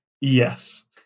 yes